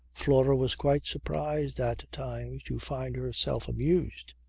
flora was quite surprised at times to find herself amused.